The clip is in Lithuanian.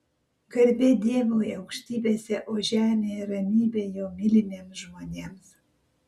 garbė dievui aukštybėse o žemėje ramybė jo mylimiems žmonėms